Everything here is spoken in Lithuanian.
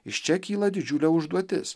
iš čia kyla didžiulė užduotis